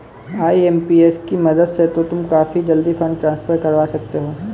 IMPS की मदद से तो तुम काफी जल्दी फंड ट्रांसफर करवा सकते हो